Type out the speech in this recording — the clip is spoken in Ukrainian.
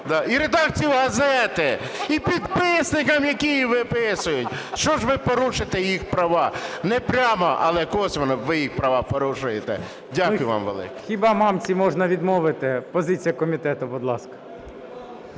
і редакції газети, і підписникам, які її виписують, що ж ви порушуєте їх права, ее прямо, але косвенно ви їх права порушуєте. Дякую вам велике. ГОЛОВУЮЧИЙ. Хіба Мамці можна відмовити? Позиція комітету, будь ласка.